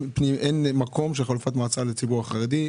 אין מקום של חלופת מעצר לציבור החרדי,